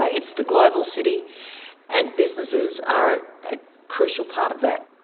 ah it's the global city and businesses are a crucial part of that.